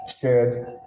shared